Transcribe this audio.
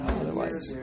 otherwise